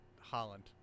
Holland